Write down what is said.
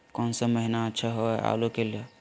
कौन सा महीना अच्छा होइ आलू के ला?